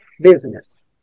business